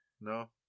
No